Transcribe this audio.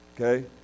Okay